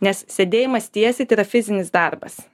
nes sėdėjimas tiesiai tai yra fizinis darbas